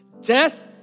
death